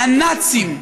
"הנאצים",